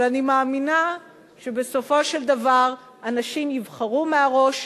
אבל אני מאמינה שבסופו של דבר אנשים יבחרו מהראש,